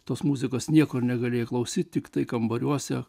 tos muzikos niekur negalėjai klausyti tiktai kambariuose